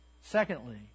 Secondly